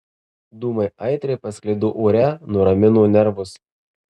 dūmai aitriai pasklido ore nuramino nervus